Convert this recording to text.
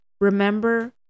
Remember